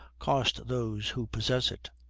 cost those who possess it!